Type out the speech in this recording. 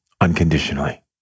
unconditionally